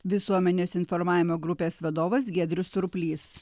visuomenės informavimo grupės vadovas giedrius surplys